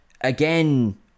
Again